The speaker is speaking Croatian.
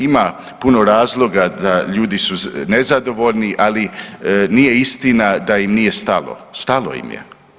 Ima puno razloga da ljudi su nezadovoljni, ali nije istina da im nije stalo, stalo im je.